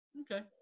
Okay